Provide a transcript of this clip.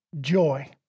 joy